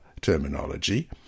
terminology